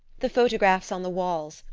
the photographs on the walls,